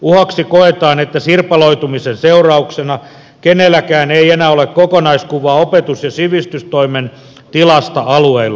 uhaksi koetaan että sirpaloitumisen seurauksena kenelläkään ei enää ole kokonaiskuvaa opetus ja sivistystoimen tilasta alueilla